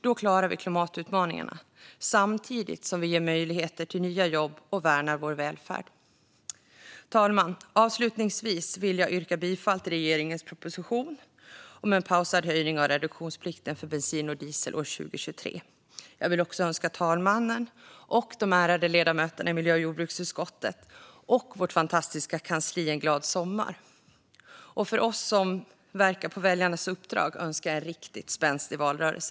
Då klarar vi klimatutmaningarna samtidigt som vi ger möjligheter till nya jobb och värnar vår välfärd. Herr talman! Avslutningsvis vill jag yrka bifall till regeringens proposition om en pausad höjning av reduktionsplikten för bensin och diesel år 2023. Jag vill också önska talmannen och de ärade ledamöterna i miljö och jordbruksutskottet, och vårt fantastiska kansli, en glad sommar. För oss som verkar på väljarnas uppdrag önskar jag en riktigt spänstig valrörelse.